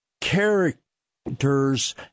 characters